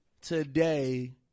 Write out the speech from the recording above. today